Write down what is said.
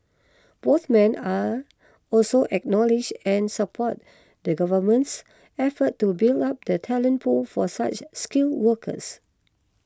both men are also acknowledged and supported the Government's efforts to build up the talent pool for such skilled workers